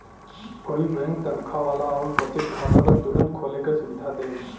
कई बैंक तनखा वाला आउर बचत खाता क तुरंत खोले क सुविधा देन